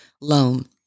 loan